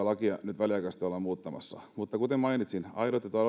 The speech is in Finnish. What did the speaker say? lakia nyt väliaikaisesti ollaan muuttamassa mutta kuten mainitsin aidot ja